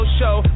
show